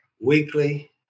weekly